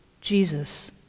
Jesus